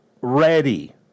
ready